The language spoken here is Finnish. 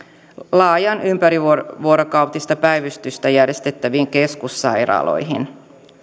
laajaa ympärivuorokautista päivystystä järjestäviin keskussairaaloihin